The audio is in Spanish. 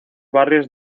barrios